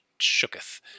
shooketh